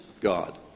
God